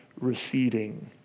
receding